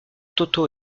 toto